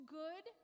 good